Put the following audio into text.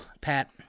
Pat